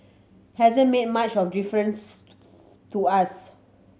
hasn't made much of difference to us